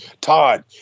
Todd